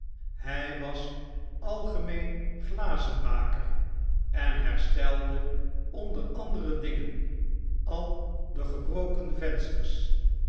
hij was algemeene glazenmaker en herstelde onder andere dingen al de gebroken vensters